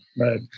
Right